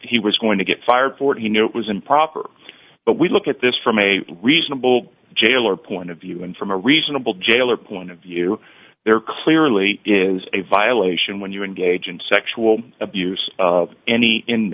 he was going to get fired for it he knew it was improper but we look at this from a reasonable jailor point of view and from a reasonable jailor point of view there clearly is a violation when you engage in sexual abuse of any in